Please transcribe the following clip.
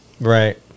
Right